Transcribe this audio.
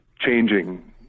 changing